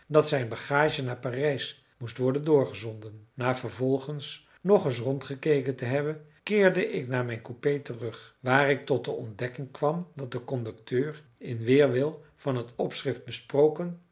dat zijn bagage naar parijs moest worden doorgezonden na vervolgens nog eens rondgekeken te hebben keerde ik naar mijn coupé terug waar ik tot de ontdekking kwam dat de conducteur in weerwil van het opschrift besproken